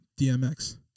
DMX